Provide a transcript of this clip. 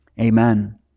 Amen